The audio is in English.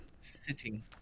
Sitting